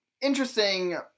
interesting